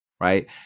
right